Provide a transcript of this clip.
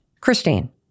Christine